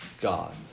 God